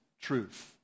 truth